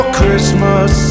Christmas